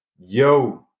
Yo